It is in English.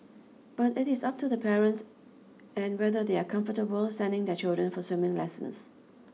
but it is up to the parents and whether they are comfortable sending their children for swimming lessons